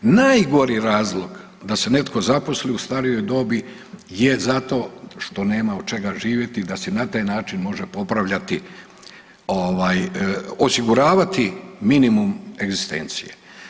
Najgori razlog da se netko zaposli u starijoj dobi je zato što nema od čega živjeti da si na taj način može popravljati ovaj osiguravati minimum egzistencije.